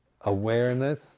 awareness